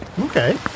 Okay